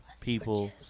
people